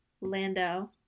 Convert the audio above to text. Lando